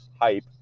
hype